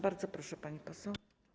Bardzo proszę, pani poseł.